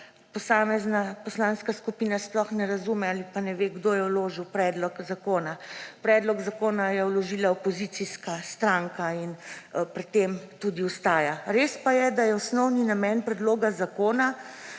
poslanska skupina sploh ne razume ali pa ne ve, kdo je vložil predlog zakona. Predlog zakona je vložila opozicijska stranka in pri tem tudi ostaja. Res pa je, da osnovni namen Predloga zakona